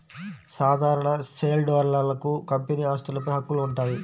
సాధారణ షేర్హోల్డర్లకు కంపెనీ ఆస్తులపై హక్కులు ఉంటాయి